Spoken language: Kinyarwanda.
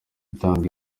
gutanga